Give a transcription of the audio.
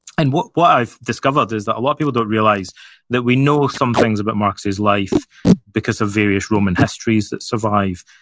and what what i've discovered is that a lot of people don't realize that we know some things about marcus's life because of various roman histories that survive,